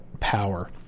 power